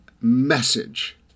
message